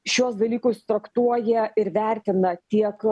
šiuos dalykus traktuoja ir vertina tiek